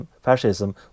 fascism